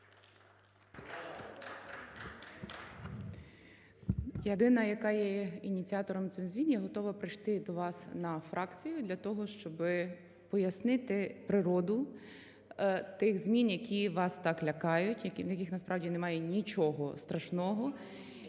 людина, яка є ініціатором цих змін, я готова прийти до вас на фракцію для того, щоби пояснити природу тих змін, які вас так лякають, в яких насправді нема нічого страшного.